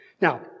Now